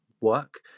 work